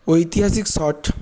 ঐতিহাসিক শট